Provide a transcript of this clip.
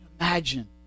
Imagine